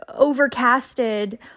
overcasted